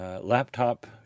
laptop